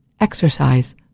exercise